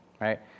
right